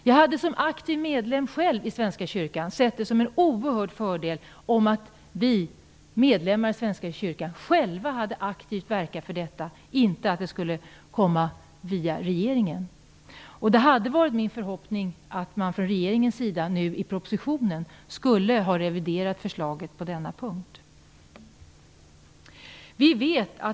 Jag hade som aktiv medlem i Svenska kyrkan sett det som en oerhörd fördel om vi medlemmar i Svenska kyrkan själva hade aktivt verkat för detta och inte att det skulle komma via regeringen. Det var min förhoppning att regeringen nu i propositionen skulle ha reviderat förslaget på denna punkt.